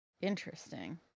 Interesting